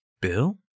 Bill